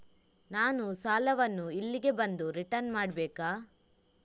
ನಾನು ಸಾಲವನ್ನು ಇಲ್ಲಿಗೆ ಬಂದು ರಿಟರ್ನ್ ಮಾಡ್ಬೇಕಾ?